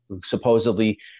Supposedly